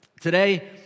Today